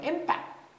impact